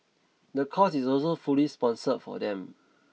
the course is also fully sponsored for them